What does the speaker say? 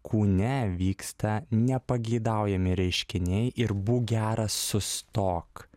kūne vyksta nepageidaujami reiškiniai ir būk geras sustok